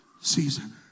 season